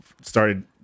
started